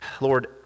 Lord